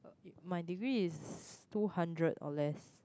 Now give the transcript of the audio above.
my degree is two hundred or less